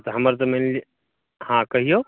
किआकि हमर तऽ मेनली हँ कहियौ